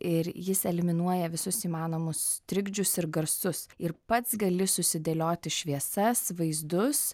ir jis eliminuoja visus įmanomus trikdžius ir garsus ir pats gali susidėlioti šviesas vaizdus